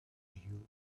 you